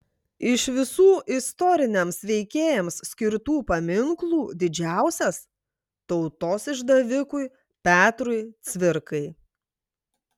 iš visų istoriniams veikėjams skirtų paminklų didžiausias tautos išdavikui petrui cvirkai